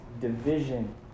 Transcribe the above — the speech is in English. division